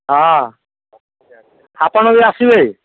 ହଁ ଆପଣ ବି ଆସିବେ